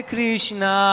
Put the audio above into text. Krishna